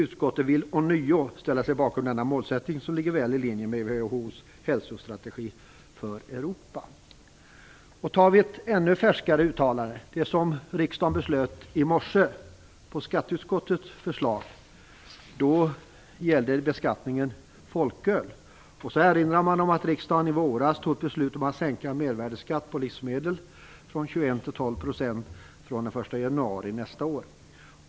Utskottet vill ånyo ställa sig bakom denna målsättning som ligger väl i linje med Världshälsoorganisationens Ett ännu färskare uttalande, beslutat av riksdagen i morse på skatteutskottets förslag, gäller beskattningen av folköl. Där erinrar man om att riksdagen i våras tog ett beslut om att sänka mervärdesskatten på livsmedel från 21 % till 12 % den 1 januari nästa år.